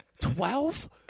Twelve